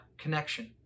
connection